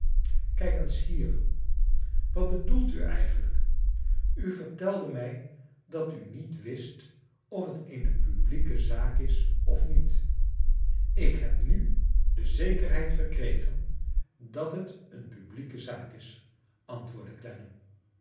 kijk eens hier wat bedoelt u eigenlijk u vcrtelde mij dat u niet wist of het eene publieke zaak is of niet ik heb nu de zekerheid verkregen dat het een publieke zaak is antwoordde